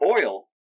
Oil